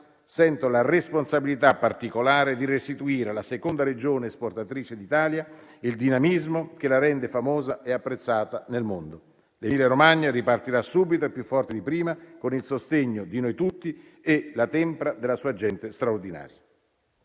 sento la responsabilità particolare di restituire, alla seconda Regione esportatrice d'Italia, il dinamismo che la rende famosa e apprezzata nel mondo. L'Emilia Romagna ripartirà subito, più forte di prima, con il sostegno di noi tutti e la tempra della sua gente straordinaria.